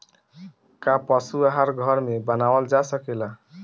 का पशु आहार घर में बनावल जा सकेला?